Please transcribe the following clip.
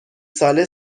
ساله